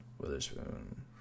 Witherspoon